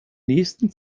nächsten